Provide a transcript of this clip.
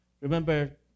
Remember